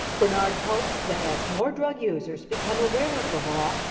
bernard hopes that as more drug users become aware of the law,